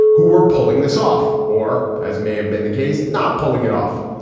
who were pulling this off or as may have been the case, not pulling it off?